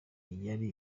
yari